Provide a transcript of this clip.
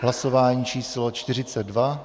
Hlasování číslo 42.